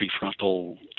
prefrontal